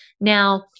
Now